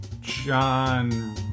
John